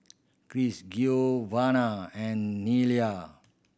Cris Giovanna and Nelia